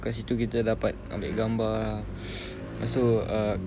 dekat situ kita dapat ambil gambar lepas tu uh